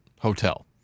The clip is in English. Hotel